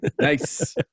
Nice